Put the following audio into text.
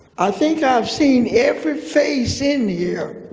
i think i've seen every face in here